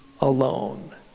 alone